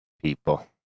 people